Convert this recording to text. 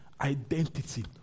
identity